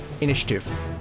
Initiative